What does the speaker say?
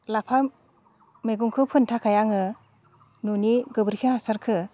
लाफा मैगंखो फोनो थाखाय आङो न'नि गोबोरखि हासारखो